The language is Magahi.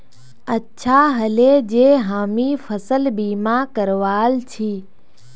अच्छा ह ले जे हामी फसल बीमा करवाल छि